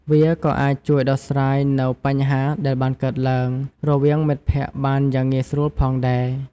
វាក៏អាចជួយដោះស្រាយនូវបញ្ហាដែលបានកើតឡើងរវាងមិត្តភក្តិបានយ៉ាងងាយស្រួលផងដែរ។